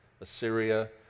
Assyria